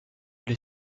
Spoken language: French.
les